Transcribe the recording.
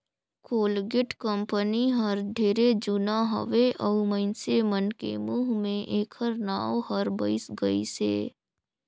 Colgate company हर ढेरे जुना हवे अऊ मइनसे मन के मुंह मे ऐखर नाव हर बइस गइसे